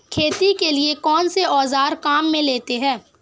खेती के लिए कौनसे औज़ार काम में लेते हैं?